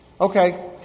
Okay